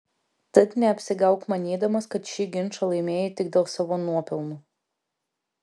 tad neapsigauk manydamas kad šį ginčą laimėjai tik dėl savo nuopelnų